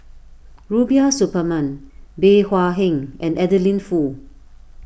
Rubiah Suparman Bey Hua Heng and Adeline Foo